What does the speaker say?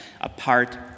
apart